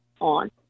on